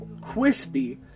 crispy